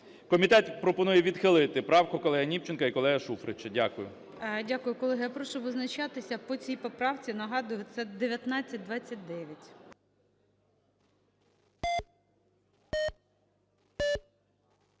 Комітет пропонує відхилити правку колеги Німченка і колеги Шуфрича. Дякую. ГОЛОВУЮЧИЙ. Дякую, колеги. Я прошу визначатися по цій поправці. Нагадую, це 1929.